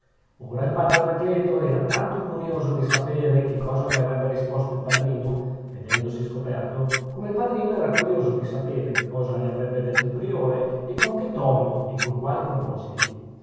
ora il padre anacleto era tanto curioso di sapere che cosa gli avrebbe risposto il padrino vedendosi scoperto come il padrino era curioso di sapere che cosa gli avrebbe detto il priore e con che tono e con quali propositi